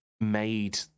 made